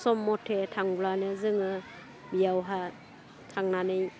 सम मथे थांब्लानो जोङो बेयावहा थांनानै